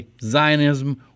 Zionism